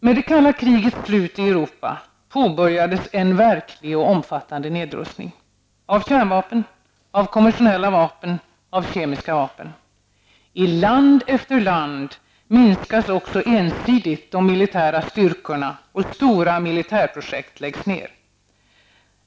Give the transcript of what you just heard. Med det kalla krigets slut i Europa påbörjades en verklig och omfattande nedrustning av kärnvapen, av konventionella vapen och av kemiska vapen. I land efter land minskas också ensidigt de militära styrkorna, och stora militärprojekt läggs ner.